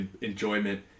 enjoyment